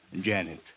Janet